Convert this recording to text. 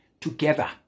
together